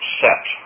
set